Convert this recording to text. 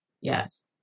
Yes